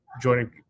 joining